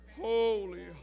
Holy